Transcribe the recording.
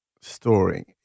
story